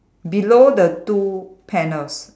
below the two panels